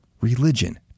religion